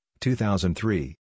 2003